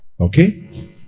okay